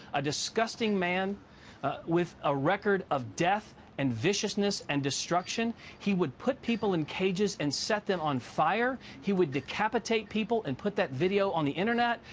a disgusting manned with a record of death and viciousness and destruction. he would put people in cages and set them on fire. he would decapitate people and put that video on the internet,